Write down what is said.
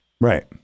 Right